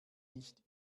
nicht